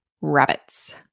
rabbits